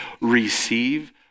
Receive